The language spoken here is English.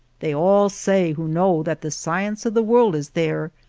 they all say who know that the science of the world is there,